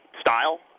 style